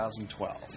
2012